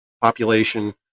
population